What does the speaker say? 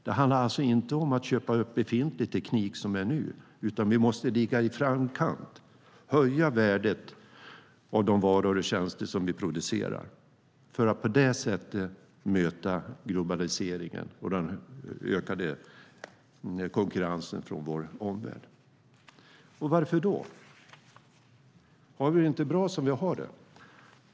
Det handlar alltså inte om att köpa upp befintlig teknik, utan vi måste ligga i framkant, höja värdet av de varor och tjänster som vi producerar för att på det sättet möta globaliseringen och den ökade konkurrensen från vår omvärld. Varför då? Har vi det inte bra som vi har det?